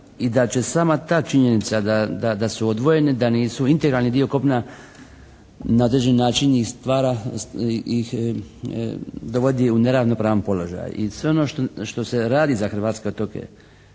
I da će sama ta činjenica da su odvojeni, da nisu integralni dio kopna na određeni način ih dovodi u neravnopravan položaj. I sve ono što se radi za hrvatske otoke,